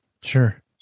Sure